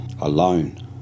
alone